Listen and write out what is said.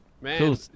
Man